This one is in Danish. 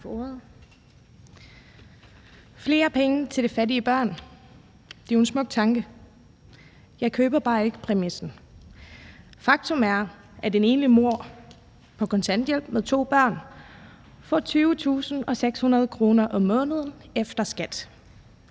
Flere penge til de fattige børn er jo en smuk tanke, men jeg køber bare ikke præmissen. Faktum er, at en enlig mor på kontanthjælp med to børn får 20.600 kr. om måneden efter skat.